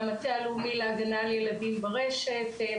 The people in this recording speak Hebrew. מהמטה הלאומי להגנה על ילדים ברשת,